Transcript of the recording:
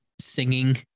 singing